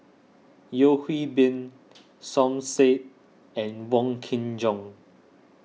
Yeo Hwee Bin Som Said and Wong Kin Jong